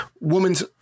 woman's